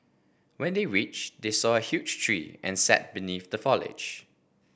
when they reached they saw a huge tree and sat beneath the foliage